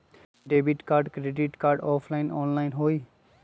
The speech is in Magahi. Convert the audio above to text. Debit card credit card offline online होई?